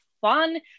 fun